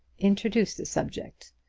introduce the subject.